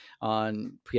on